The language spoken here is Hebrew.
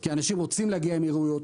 כי אנשים רוצים להגיע מהאמירויות,